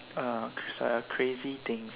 uh it's like a crazy things